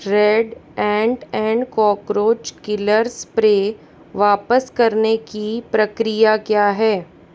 red ant and cockroach killer spray वापस करने की प्रक्रिया क्या है